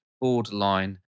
borderline